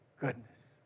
goodness